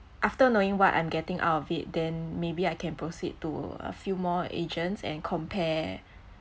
after knowing what I'm getting out of it then maybe I can proceed to a few more agents and compare